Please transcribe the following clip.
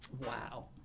Wow